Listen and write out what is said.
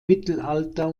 mittelalter